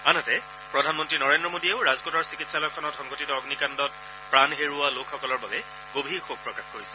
আনহাতে প্ৰধানমন্ত্ৰী নৰেন্দ্ৰ মোদীয়েও ৰাজকোটৰ চিকিৎসালয়খনত সংঘটিত অগ্নিকাণ্ডত প্ৰাণ হেৰুওৱা লোকসকলৰ বাবে গভীৰ শোক প্ৰকাশ কৰিছে